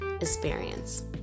experience